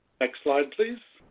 next slide please.